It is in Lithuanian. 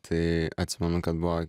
tai atsimenu kad buvo